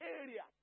area